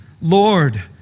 Lord